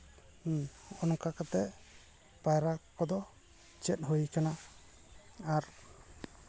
ᱦᱚᱸᱜ ᱚ ᱱᱚᱝᱠᱟ ᱠᱟᱛᱮᱫ ᱯᱟᱭᱨᱟ ᱠᱚᱫᱚ ᱪᱮᱫ ᱦᱩᱭ ᱟᱠᱟᱱᱟ ᱟᱨ